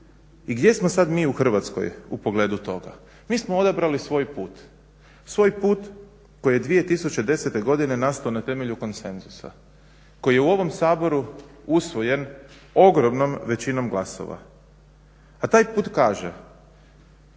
I gdje samo sad mi u Hrvatskoj u pogledu toga? Mi smo odabrali svoj put, svoj put koji je 2010. godine nastao na temelju konsenzusa, koji je u ovom Saboru usvojen ogromnom većinom glasova. A taj put kaže,